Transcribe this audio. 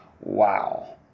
Wow